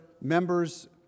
members